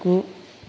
गु